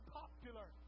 popular